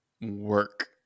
work